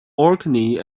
orkney